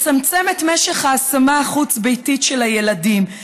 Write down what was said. מצמצם את משך ההשמה החוץ-ביתית של הילדים.